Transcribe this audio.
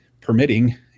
permitting